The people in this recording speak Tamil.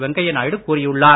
வெங்கையா நாயுடு கூறியுள்ளார்